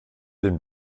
dem